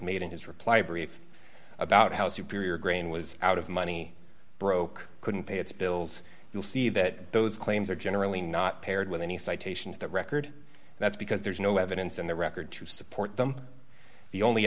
made in his reply brief about how superior grain was out of money broke couldn't pay its bills you'll see that those claims are generally not paired with any citations that record that's because there's no evidence in the record to support them the only